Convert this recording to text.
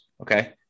Okay